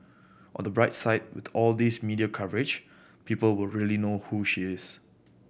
on the bright side with all these media coverage people will really know who she is